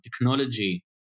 technology